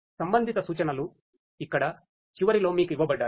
సంబంధిత సూచనలు ఇక్కడ చివరిలో మీకు ఇవ్వబడ్డాయి